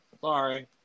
Sorry